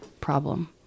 problem